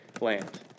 land